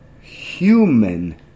Human